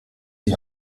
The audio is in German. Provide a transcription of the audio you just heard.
die